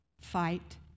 fight